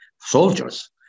soldiers